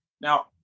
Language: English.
Now